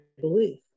believe